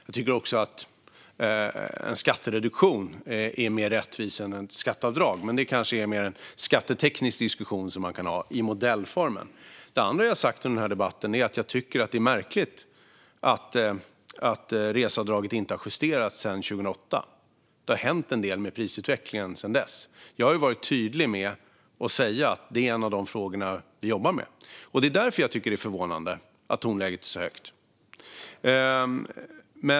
Jag tycker också att en skattereduktion är mer rättvis än ett skatteavdrag, men det kanske mer är en skatteteknisk diskussion som man kan ha i modellformen. Något annat jag har sagt i den här debatten är att jag tycker att det är märkligt att reseavdraget inte har justerats sedan 2008. Det har hänt en del med prisutvecklingen sedan dess. Jag har varit tydlig med att säga att detta är en de frågor som vi jobbar med. Det är därför jag tycker att det är förvånande att tonläget är så högt.